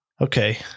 Okay